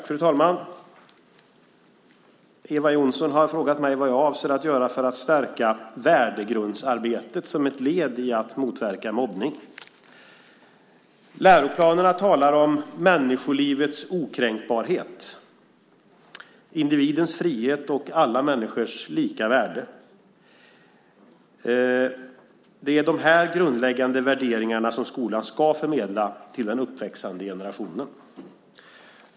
Fru talman! Eva Johnsson har frågat mig vad jag avser att göra för att stärka värdegrundsarbetet som ett led i att motverka mobbning. Läroplanerna talar om människolivets okränkbarhet, individens frihet och alla människors lika värde. Det är de här grundläggande värderingarna som skolan ska förmedla till den uppväxande generationen.